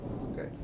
Okay